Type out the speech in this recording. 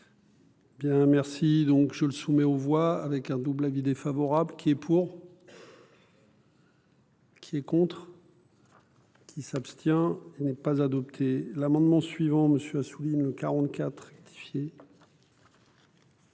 Bien merci. Donc, je le soumets aux voix avec un double avis défavorable qui est pour. Qui est contre. Qui s'abstient n'est pas adopté l'amendement suivant monsieur Assouline 44 rectifié.